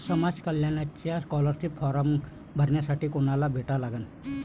समाज कल्याणचा scholarship form भरासाठी कुनाले भेटा लागन?